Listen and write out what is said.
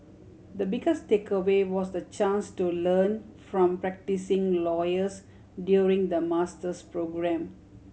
the biggest takeaway was the chance to learn from practising lawyers during the master's programme